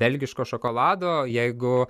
belgiško šokolado jeigu